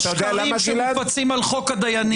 ושמחה,